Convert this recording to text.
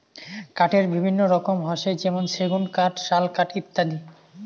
কাঠের বিভিন্ন রকম হসে যেমন সেগুন কাঠ, শাল কাঠ ইত্যাদি